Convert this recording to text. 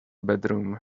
bedroom